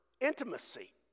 intimacy